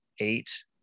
eight